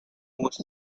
most